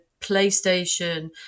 PlayStation